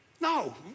no